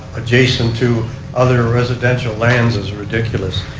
adjacent to other residential lands is ridiculous.